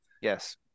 Yes